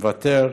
מוותר,